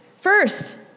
first